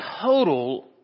total